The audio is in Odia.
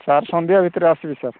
ସାର୍ ସନ୍ଧ୍ୟା ଭିତରେ ଆସିବି ସାର୍